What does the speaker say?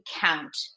count